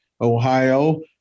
Ohio